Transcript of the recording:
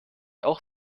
auch